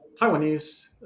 Taiwanese